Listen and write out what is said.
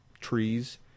trees